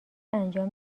انجام